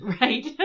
Right